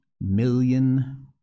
million